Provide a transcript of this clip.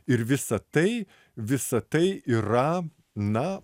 ir visa tai visa tai yra na